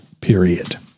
period